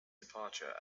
departure